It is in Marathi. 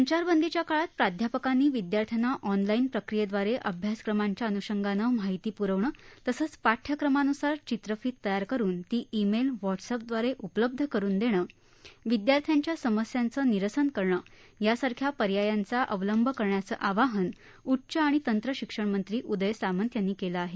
संचार बंदीच्या काळात प्राध्यापकांनी विदयार्थ्यांना ऑनलाईन प्रक्रियेदवारे अभ्यासक्रमांच्या अन्षंगानं माहिती प्रवणं तसंच पाठ्यक्रमान्सार चित्रफीत तयार करून ती इमेलव्हॅट्सअप दवारे उपलब्ध करून देणं विद्यार्थ्यांच्या समस्यांचं निरसन करणं यासारख्या पर्यायांचा अवलंब करण्याचं आवाहन उच्च आणि तंत्र शिक्षण मंत्री उदय सामंत यांनी केलं आहे